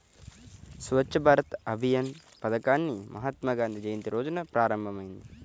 స్వచ్ఛ్ భారత్ అభియాన్ పథకాన్ని మహాత్మాగాంధీ జయంతి రోజున ప్రారంభమైంది